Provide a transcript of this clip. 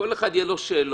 לכל אחד יהיו שאלות,